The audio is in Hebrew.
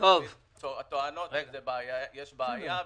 הן טוענות שיש בעיה וכולי.